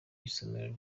isomero